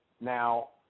Now